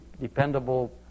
dependable